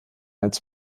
als